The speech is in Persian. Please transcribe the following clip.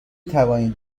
توانید